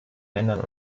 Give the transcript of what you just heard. männern